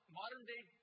modern-day